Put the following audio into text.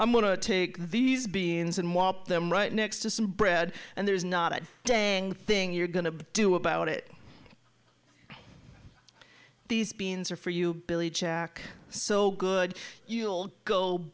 i'm going to take these beings and walk them right next to some bread and there's not a dang thing you're going to do about it these beans are for you billy jack so good you'll go